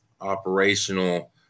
operational